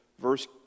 verse